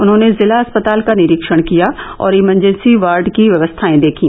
उन्होंने जिला अस्पताल का निरीक्षण किया और इमरजेंसी वार्ड की व्यवस्थाएं देखी